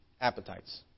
appetites